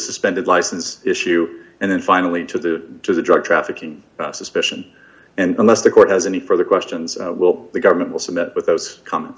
suspended license issue and then finally to the to the drug trafficking suspicion and unless the court has any further questions will the government will submit with those comments